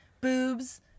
boobs